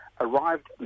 arrived